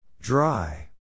Dry